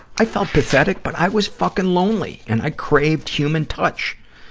i felt pathetic, but i was fucking lonely, and i craved human touch.